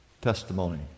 testimony